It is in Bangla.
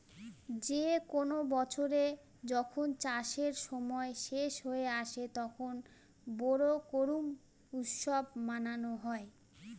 যে কোনো বছরে যখন চাষের সময় শেষ হয়ে আসে, তখন বোরো করুম উৎসব মানানো হয়